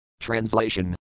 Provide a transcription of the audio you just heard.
Translation